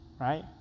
right